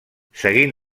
seguint